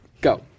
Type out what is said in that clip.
go